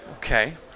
Okay